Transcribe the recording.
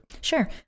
Sure